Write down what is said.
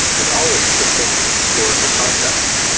and always put things in historical context.